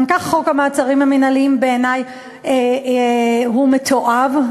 גם כך חוק המעצרים המינהליים בעיני הוא מתועב,